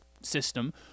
system